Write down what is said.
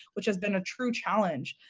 which has been a true challenge,